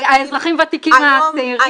האזרחים הוותיקים הצעירים